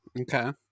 Okay